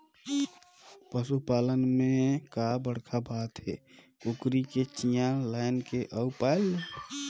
पसू पालन में का बड़खा बात हे, कुकरी के चिया लायन ले अउ पायल ले